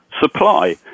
supply